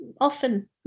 Often